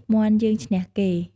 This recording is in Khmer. ៗ មាន់យើងឈ្នះគេ ។